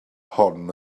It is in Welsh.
hon